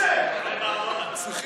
אתה מבריח